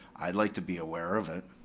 i'd like to be aware of it.